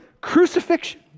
crucifixion